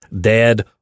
dead